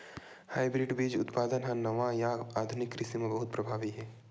hybrid बीज उत्पादन हा नवा या आधुनिक कृषि मा बहुत प्रभावी हे